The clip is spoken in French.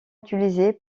utilisé